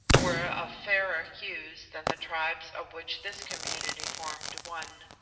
were of fairer hues than the tribes of which this community formed one.